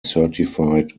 certified